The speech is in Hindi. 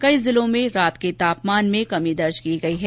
कई जिलों में रात के तापमान में भी कमी दर्ज की गयी है